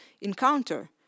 encounter